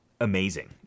amazing